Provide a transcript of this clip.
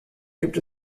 gibt